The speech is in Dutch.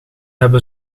hebben